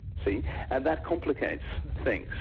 see? and that complicates things.